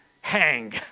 hang